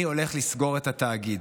אני הולך לסגור את התאגיד,